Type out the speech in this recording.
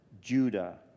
Judah